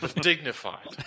Dignified